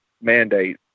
mandate